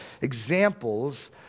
examples